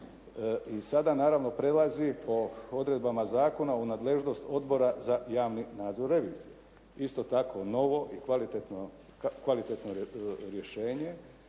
i sada naravno prelazi po odredbama zakona u nadležnost Odbora za javni nadzor revizije. Isto tako novo i kvalitetno rješenje